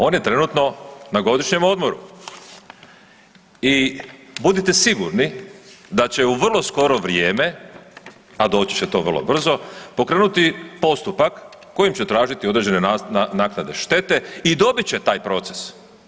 On je trenutno na godišnjem odmoru i budite sigurni da će u vrlo skoro vrijeme, a doći će to vrlo brzo pokrenuti postupak kojim će tražiti određene naknade štete i dobit će taj proces.